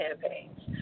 campaigns